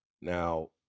Now